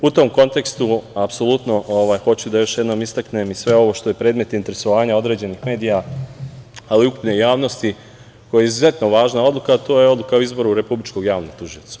U tom kontekstu, hoću da još jednom istaknem i sve ovo što je predmet interesovanja određenih medija, ali i ukupne javnosti, koja je izuzetno važna odluka, a to je odluka o izboru Republičkog javnog tužioca.